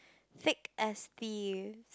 fake S_P